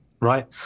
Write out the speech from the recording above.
right